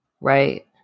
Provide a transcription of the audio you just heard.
Right